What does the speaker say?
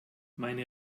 meine